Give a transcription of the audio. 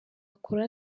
akore